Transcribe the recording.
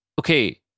okay